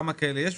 כמה כאלה יש?